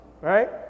right